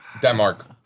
Denmark